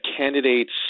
candidate's